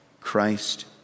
Christ